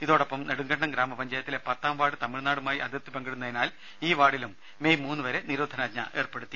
ഇതോടൊപ്പം നെടുങ്കണ്ടം ഗ്രാമ പഞ്ചായത്തിലെ പത്താം വാർഡ് തമിഴ്നാടുമായി അതിർത്തി പങ്കിടുന്നതിനാൽ ഈ വാർഡിലും മേയ് മൂന്നു വരെ നിരോധനാജ്ഞ ഏർപ്പെടുത്തി